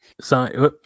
sign